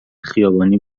خیابانی